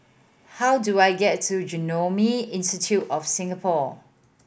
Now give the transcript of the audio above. how do I get to Genome Institute of Singapore